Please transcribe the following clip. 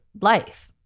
life